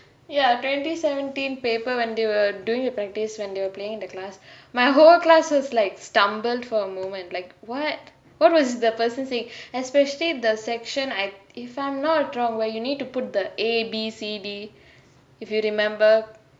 ya twenty seventeen paper when they were doing the practice when they were playing in the class my whole class was like stumbled for a moment like what what was the person saying especially the section I if I'm not wrong like you need to put the A B C D if you remember